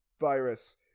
virus